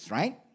right